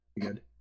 Good